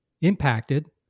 impacted